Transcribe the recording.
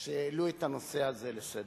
שהעלו את הנושא הזה על סדר-היום.